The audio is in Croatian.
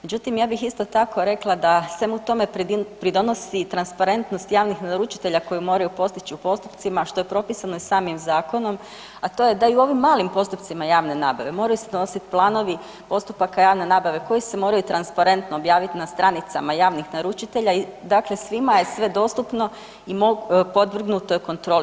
Međutim, ja bih isto tako rekla da svemu tome pridonosi transparentnost javnih naručitelja koju moraju postići u postupcima što je propisano i samim zakonom, a to je da i u ovim malim postupcima javne nabave moraju se donositi planovi postupaka javne nabave koji se moraju transparentno objaviti na stranicama javnih naručitelja i dakle svima je sve dostupno i podvrgnuto je kontroli.